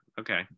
okay